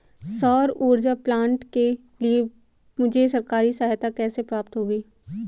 सौर ऊर्जा प्लांट के लिए मुझे सरकारी सहायता कैसे प्राप्त होगी?